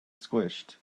squished